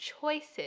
choices